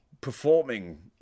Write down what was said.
performing